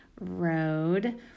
road